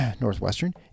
Northwestern